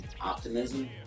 optimism